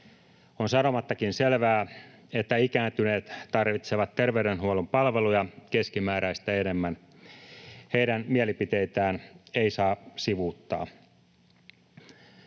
On sanomattakin selvää, että ikääntyneet tarvitsevat terveydenhuollon palveluja keskimääräistä enemmän. Heidän mielipiteitään ei saa sivuuttaa.